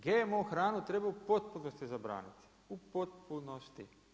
GMO hranu treba u potpunosti zabraniti, u potpunosti.